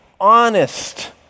honest